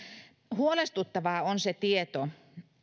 huolestuttavaa on se tieto